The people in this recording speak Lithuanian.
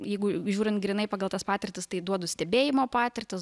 jeigu žiūrint grynai pagal tas patirtis tai duodu stebėjimo patirtis